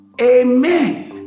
Amen